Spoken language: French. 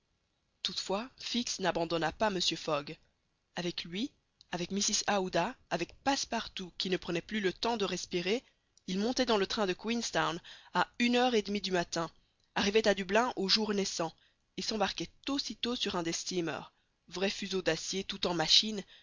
toutefois fix n'abandonna pas mr fogg avec lui avec mrs aouda avec passepartout qui ne prenait plus le temps de respirer il montait dans le train de queenstown à une heure et demi du matin arrivait à dublin au jour naissant et s'embarquait aussitôt sur un des steamers vrais fuseaux d'acier tout en machine